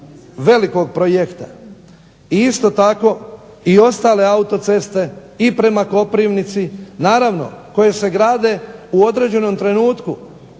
velikog projekta. I isto tako i ostale autoceste i prema Koprivnici, naravno koje se grade u određenom trenutku,